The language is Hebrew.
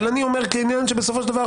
אבל אני אומר כעניין שבסופו של דבר,